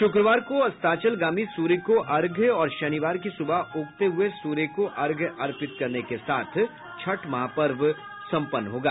शुक्रवार को अस्ताचलगामी सूर्य को अर्घ्य और शनिवार की सूबह उगते हुये सूर्य को अर्घ्य अर्पित करने के साथ छठ महापर्व सम्पन्न होगा